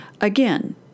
Again